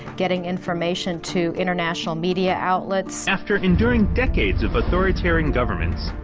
getting information to international media outlets. after enduring decades of authoritarian governments,